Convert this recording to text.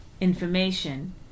information